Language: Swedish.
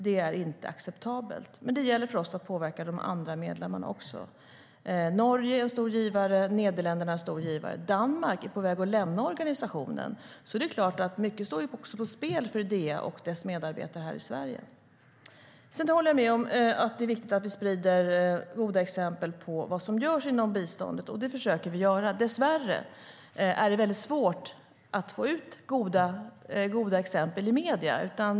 Det är inte acceptabelt. Men det gäller för oss att påverka de andra medlemmarna också. Norge är en stor givare. Nederländerna är en stor givare. Danmark är på väg att lämna organisationen. Så det är klart att mycket står på spel för Idea och dess medarbetare här i Sverige. Sedan håller jag med om att det är viktigt att vi sprider goda exempel på vad som görs inom biståndsverksamheten, och det försöker vi göra. Dess värre är det svårt att få ut goda exempel i medierna.